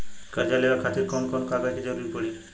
कर्जा लेवे खातिर कौन कौन कागज के जरूरी पड़ी?